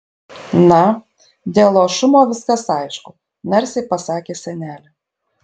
na dėl luošumo viskas aišku narsiai pasakė senelė